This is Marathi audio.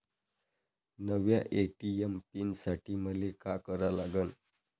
नव्या ए.टी.एम पीन साठी मले का करा लागन?